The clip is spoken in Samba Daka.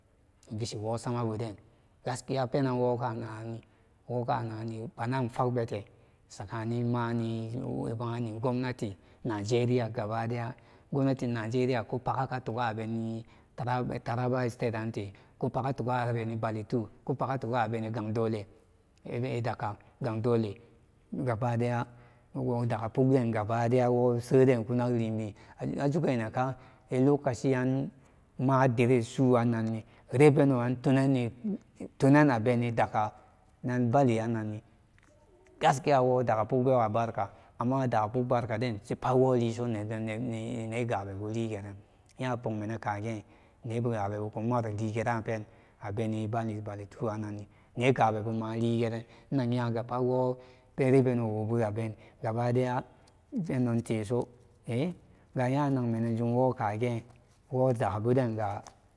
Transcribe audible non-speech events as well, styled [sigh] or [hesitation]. Invishiwo sama buden gaskiya penanwoga naranni waga naranni pema infagbete sakanin maniwowabani gobnati nageria gabadaya gomnatin nageriya abeni taraba state ante kupa gaware bali two kupaga tunane gang dole idakka gang dole gaba daya wori daka poogden gaba dayawo seden kunaglebi ajugeninka lokaciyan madirig suwanni reveno tunanni tuna beni daka ran bali yanni gaskiyawo daka póógan beka amma idaka pat bar kaden woliso hedon negabebu ligeran nya poogmenen kege nebu abonga kumaligera pen abeni bali bali two ananni nekabebo maligeren inag yagapa wobe reveno wobu aben gaba daya pendon teso [hesitation] gaya nagmenen jumwo kage [hesitation] wo daka nebodenga.